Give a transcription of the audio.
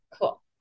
Cool